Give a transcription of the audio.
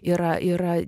yra yra